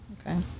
Okay